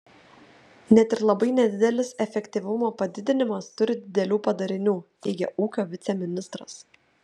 net ir labai nedidelis efektyvumo padidinimas turi didelių padarinių teigė ūkio viceministras